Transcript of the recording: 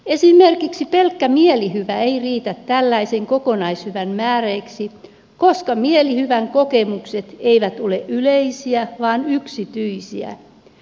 esimerkiksi pelkkä mielihyvä ei riitä tällaisen kokonaishyvän määreeksi koska mielihyvän kokemukset eivät ole yleisiä vaan yksityisiä